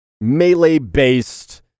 melee-based